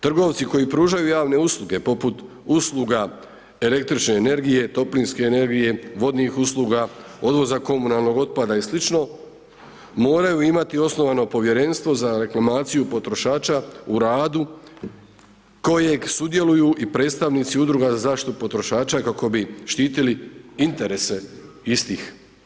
Trgovci koji pružaju javne usluge poput usluga električne energije, toplinske energije, vodnih usluga, odvoza komunalnog otpada i sl., moraju imati osnovano Povjerenstvo za reklamaciju potrošača u radu kojeg sudjeluju i predstavnici Udruga za zaštitu potrošača kako bi štitili interese istih.